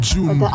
June